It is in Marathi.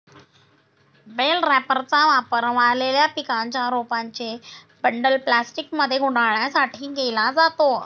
बेल रॅपरचा वापर वाळलेल्या पिकांच्या रोपांचे बंडल प्लास्टिकमध्ये गुंडाळण्यासाठी केला जातो